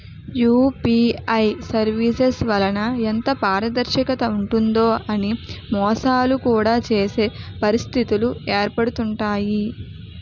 UPI services వలన ఎంత పారదర్శకత ఉంటుందో అని మోసాలు కూడా చేసే పరిస్థితిలు ఏర్పడుతుంటాయి